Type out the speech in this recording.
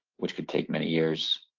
which could take many years,